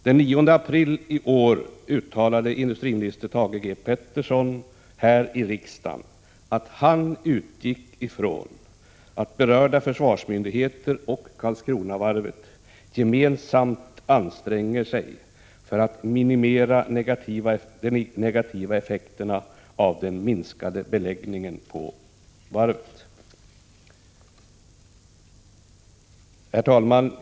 Den 9 april i år uttalade industriministern Thage G. Peterson här i riksdagen att han utgick ifrån att berörda försvarsmyndigheter och Karlskronavarvet gemensamt ansträngde sig för att minimera de negativa effekterna av den minskade beläggningen på varvet. Herr talman!